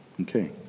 Okay